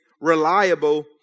reliable